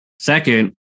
second